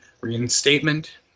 reinstatement